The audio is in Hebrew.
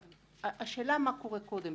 השאלה מה קורה קודם.